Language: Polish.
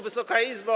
Wysoka Izbo!